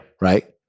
Right